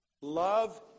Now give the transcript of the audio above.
Love